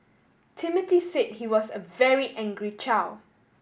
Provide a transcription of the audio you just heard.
Timothy say he was a very angry child